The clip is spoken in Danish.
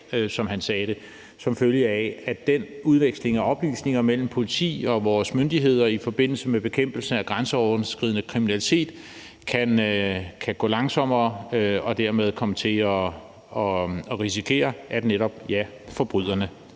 som han sagde det, som følge af at den udveksling af oplysninger mellem politi og vores myndigheder i forbindelse med bekæmpelse af grænseoverskridende kriminalitet kan gå langsommere, og at vi dermed komme til at risikere, at netop forbryderne